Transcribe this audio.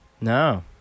No